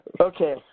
Okay